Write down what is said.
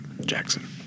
Jackson